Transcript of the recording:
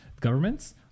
governments